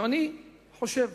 אני חושב